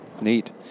Neat